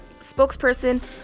spokesperson